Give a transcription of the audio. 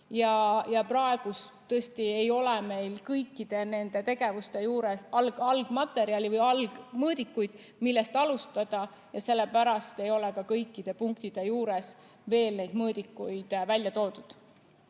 Praegu tõesti ei ole meil kõikide tegevuste juures algmaterjali või algmõõdikuid, millest alustada, ja sellepärast ei ole ka kõikide punktide juures veel neid mõõdikuid ära toodud.